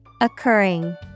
Occurring